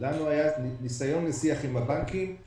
לנו היה ניסיון לשיח עם הבנקים.